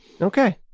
Okay